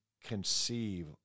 conceive